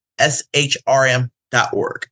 SHRM.org